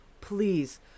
please